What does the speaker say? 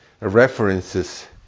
references